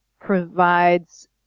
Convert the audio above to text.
provides